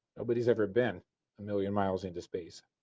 nobody has ever been a million miles into space.